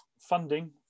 funding